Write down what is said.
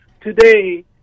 today